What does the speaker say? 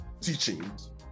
teachings